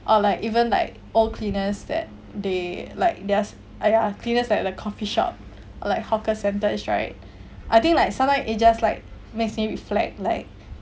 or like even like old cleaners that they like they're !aiya! cleaners at the coffee shop like hawker centers right I think like sometimes it just like makes me reflect like